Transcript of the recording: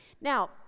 Now